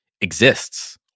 exists